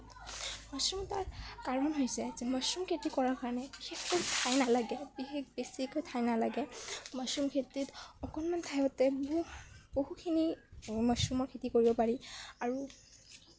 মাছৰুমৰ কৰাৰ কাৰণ হৈছে যে মাছৰুম খেতি কৰাৰ কাৰণে বেছিকৈ ঠাই নালাগে বিশেষ বেছি ঠাই নালাগে মাছৰুম খেতিত অকণমান ঠাইতে বহু বহুখিনি মাছৰুমৰ খেতি কৰিব পাৰি আৰু